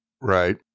right